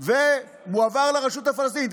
ומועבר לרשות הפלסטינית,